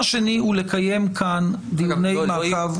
סליחה שאני מפריע ליושב-ראש.